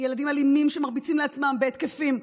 ילדים אלימים שמרביצים לעצמם בהתקפים.